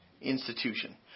institution